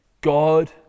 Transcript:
God